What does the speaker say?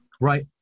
right